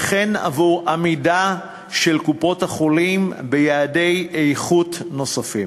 וכן עבור עמידה של קופות-החולים ביעדי איכות נוספים.